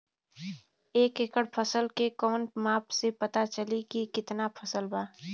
एक एकड़ फसल के कवन माप से पता चली की कितना फल बा?